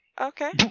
Okay